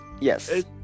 yes